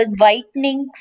whitening